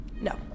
No